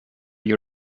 you